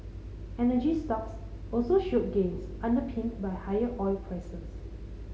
energy stocks also showed gains underpinned by higher oil prices